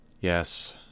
Yes